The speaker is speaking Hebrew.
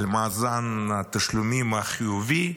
על מאזן התשלומים החיובי,